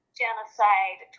genocide